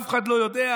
אף אחד לא יודע?